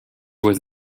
with